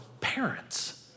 parents